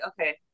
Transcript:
okay